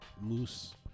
moose